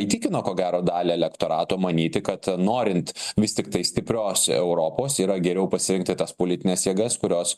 įtikino ko gero dalį elektorato manyti kad norint vis tiktai stiprios europos yra geriau pasiekti tas politines jėgas kurios